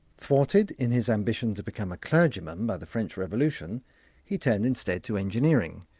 thwarted in his ambitions to become a clergyman by the french revolution he turned instead to engineering.